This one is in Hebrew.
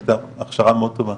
הכשרה מאוד טובה.